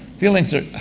feelings are